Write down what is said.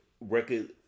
record